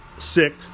sick